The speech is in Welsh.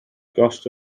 gost